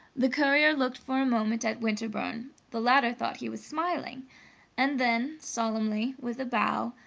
the courier looked for a moment at winterbourne the latter thought he was smiling and then, solemnly, with a bow,